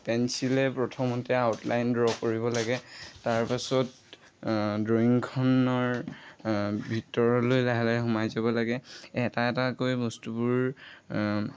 পেঞ্চিলে প্ৰথমতে outline draw কৰিব লাগে তাৰপাছত ড্ৰয়িংখনৰ ভিতৰলৈ লাহে লাহে সোমাই যাব লাগে এটা এটাকৈ বস্তুবোৰ